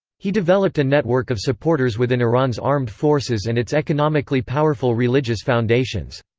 he developed a network of supporters within iran's armed forces and its economically powerful religious foundations.